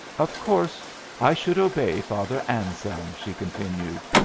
of course i should obey father anselm, she continued.